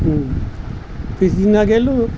পিছদিনা গ'লোঁ